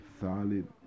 Solid